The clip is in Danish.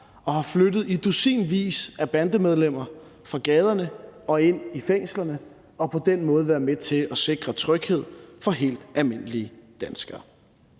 og har flyttet i dusinvis af bandemedlemmer fra gaderne og ind i fængslerne, og som på den måde været med til at sikre tryghed for helt almindelige danskere.